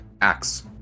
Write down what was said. Axe